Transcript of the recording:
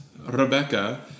Rebecca